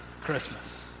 Christmas